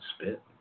spit